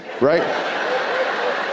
right